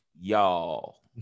Y'all